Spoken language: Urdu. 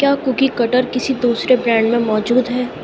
کیا کوکی کٹر کسی دوسرے برانڈ میں موجود ہے